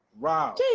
Wow